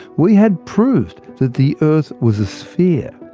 we had proved that the earth was a sphere,